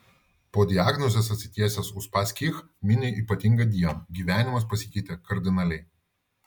po diagnozės atsitiesęs uspaskich mini ypatingą dieną gyvenimas pasikeitė kardinaliai